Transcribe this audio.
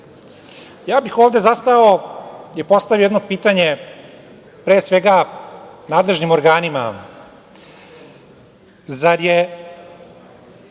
bih ovde zastao i postavio jedno pitanje, pre svega nadležnim organima